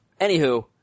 Anywho